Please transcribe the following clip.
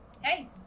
Hey